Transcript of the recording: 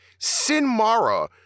Sinmara